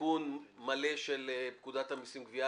לתיקון מלא של פקודת המסים (גבייה).